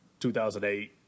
2008